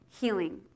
healing